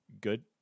good